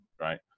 right